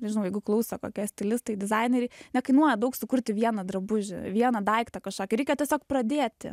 nežinau jeigu klauso kokie stilistai dizaineriai nekainuoja daug sukurti vieną drabužį vieną daiktą kažkokį reikia tiesiog pradėti